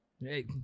hey